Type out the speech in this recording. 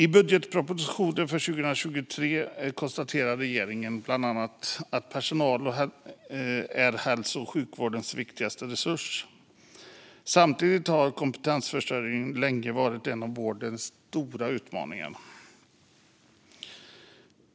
I budgetpropositionen för 2023 konstaterar regeringen bland annat att personalen är hälso och sjukvårdens viktigaste resurs. Samtidigt har kompetensförsörjningen länge varit en av vårdens stora utmaningar.